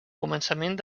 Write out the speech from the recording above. començament